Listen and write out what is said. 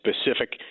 specific